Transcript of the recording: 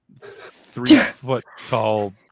three-foot-tall